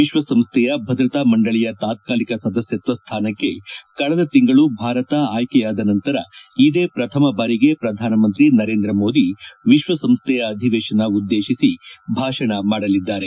ವಿಶ್ವಸಂಸ್ಥೆಯ ಭದ್ರತಾ ಮಂಡಳಿಯ ತಾತ್ಕಾಲಿಕ ಸದಸ್ಕಷ್ಟ ಸ್ಥಾನಕ್ಕೆ ಕಳೆದ ತಿಂಗಳು ಭಾರತ ಆಯ್ಕೆಯಾದ ನಂತರ ಇದೇ ಪ್ರಥಮ ಬಾರಿಗೆ ಪ್ರಧಾನಮಂತ್ರಿ ನರೇಂದ್ರ ಮೋದಿ ವಿಶ್ವಸಂಸ್ಥೆಯ ಅಧಿವೇಶನ ಉದ್ದೇಶಿಸಿ ಭಾಷಣ ಮಾಡಲಿದ್ದಾರೆ